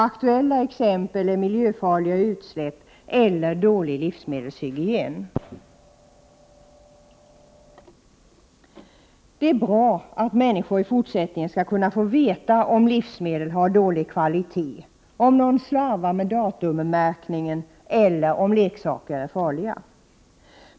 Aktuella exempel är miljöfarliga utsläpp eller dålig livsmedelshygien. Det är bra att människor i fortsättningen skall kunna få veta om livsmedel har dålig kvalitet, om någon slarvar med datummärkningen eller om leksaker är farliga.